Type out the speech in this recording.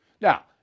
Now